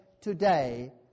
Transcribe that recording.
today